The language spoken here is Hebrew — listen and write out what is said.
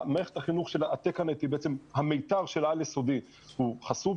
מערכת החינוך שה --- היא בעצם המיטב של העל יסודי הוא חסום,